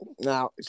now